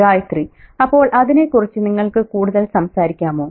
ഗായത്രി അപ്പോൾ അതിനെക്കുറിച്ച് നിങ്ങൾക്ക് കൂടുതൽ സംസാരിക്കാമോ